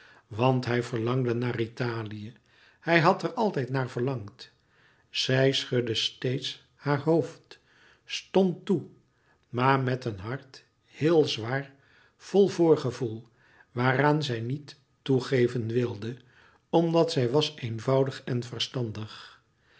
want hij verlangde naar italië hij had er altijd naar verlangd zij schudde steeds haar hoofd stond toe maar met een hart heel zwaar vol voorgevoel waaraan zij niet toegeven wilde omdat zij was eenvoudig en verstandig